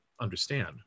understand